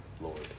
Lord